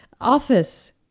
office